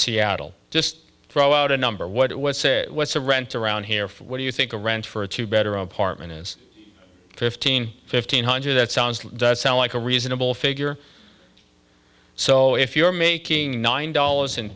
seattle just throw out a number what it was say what's the rent around here for what do you think the rent for a two bedroom apartment is fifteen fifteen hundred that sounds like does sound like a reasonable figure so if you're making nine dollars and